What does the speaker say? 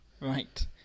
Right